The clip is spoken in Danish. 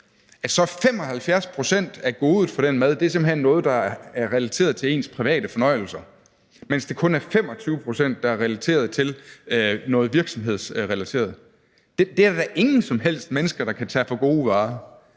er 75 pct. af godet for den mad simpelt hen noget, der er relateret til ens private fornøjelser, mens det kun er 25 pct., der er relateret til noget virksomhedsmæssigt. Det er der da ingen som helst mennesker der kan tage for gode varer.